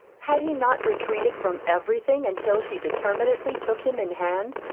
had he not retreated from everything until she determinedly took him in hand?